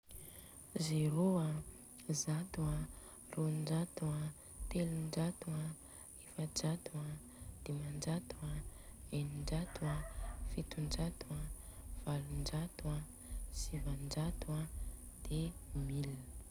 Zerô an, zato, rônjato an, telonjato an, efajato an, dimanjato an, eninjato an, fitonjato an, valonjato an sivanjato an, mille.